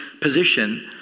position